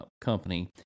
Company